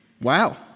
Wow